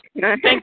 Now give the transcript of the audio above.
thank